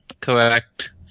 Correct